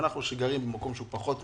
אנחנו שגרים במקום שהוא פחות מאוים,